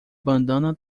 bandana